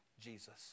Jesus